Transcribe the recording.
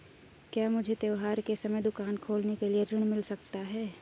क्या मुझे त्योहार के समय दुकान खोलने के लिए ऋण मिल सकता है?